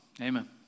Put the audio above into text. Amen